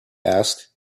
asked